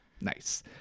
Nice